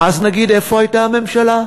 ואז נגיד: איפה הייתה הממשלה?